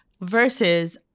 versus